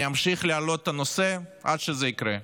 אני אמשיך להעלות את הנושא עד שזה יקרה.